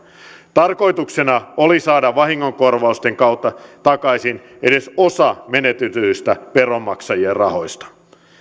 tarkoituksena oli saada vahingonkorvausten kautta takaisin edes osa menetetyistä veronmaksajien rahoista